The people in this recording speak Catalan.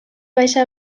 baixa